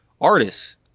Artists